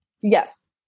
yes